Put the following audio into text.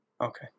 okay